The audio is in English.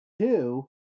two